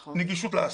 שנית,